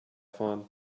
fahren